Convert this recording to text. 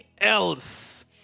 else